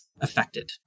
affected